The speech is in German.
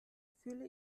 fühle